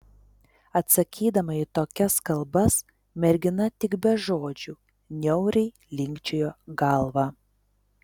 atsakydama į tokias kalbas mergina tik be žodžių niauriai linkčiojo galvą